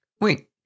Wait